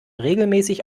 regelmäßig